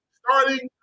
starting